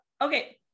okay